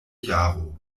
jaro